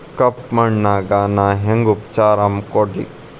ಕಪ್ಪ ಮಣ್ಣಿಗ ನಾ ಹೆಂಗ್ ಉಪಚಾರ ಕೊಡ್ಲಿ?